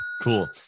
Cool